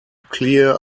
clear